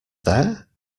there